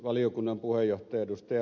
valiokunnan puheenjohtaja ed